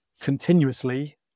continuously